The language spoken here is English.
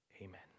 Amen